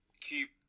keep